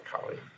colleague